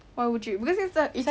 why would you this is a